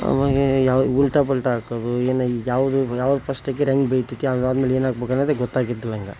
ಆಮೇಲೆ ಯಾವ ಉಲ್ಟಾ ಪಲ್ಟಾ ಹಾಕದು ಏನು ಯಾವುದು ಯಾವ್ದು ಫಸ್ಟ್ ಹಾಕಿರ್ ಹೆಂಗ್ ಬೇಯ್ತೈತಿ ಯಾವ್ದು ಆದ ಮೇಲೆ ಏನಾಕ್ಬೇಕು ಅನ್ನೋದೇ ಗೊತ್ತಾಗಿದ್ದಿಲ್ಲ ನಂಗೆ